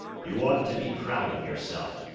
you ought to be proud of yourself.